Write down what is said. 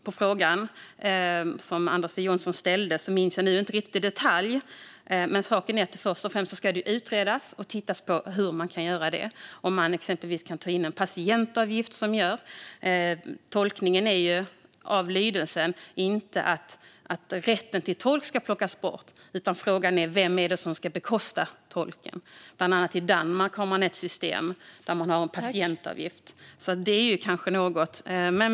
Jag minns inte riktigt i detalj frågan som Anders W Jonsson ställde, men saken är att först och främst ska det utredas för att se hur man kan göra det, kanske genom att ta in en patientavgift. Ordalydelsen är ju inte att rätten till tolk ska plockas bort, utan frågan är vem som ska bekosta tolken. Bland annat i Danmark har man ett system med en patientavgift. Det kanske vore något.